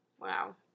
Wow